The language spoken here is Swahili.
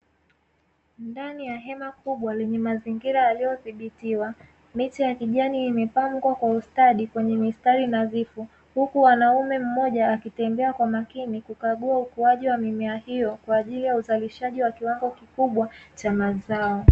Ndani ya hema kubwa lenye mazingira yaliyodhibitiwa, miche ya kijani imepangwa kwa ustadi kwenye mistari nadhifu, huku mwanaume mmoja akitembea kwa makini kukagua ukuaji wa mimea hiyo kwa ajili ya uzalishaji wa kiwango kikubwa cha mazao.